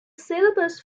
syllabus